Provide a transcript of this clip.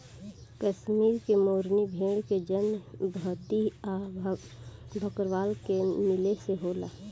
कश्मीर के मेरीनो भेड़ के जन्म भद्दी आ भकरवाल के मिले से होला